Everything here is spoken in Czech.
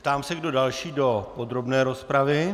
Ptám se, kdo další do podrobné rozpravy.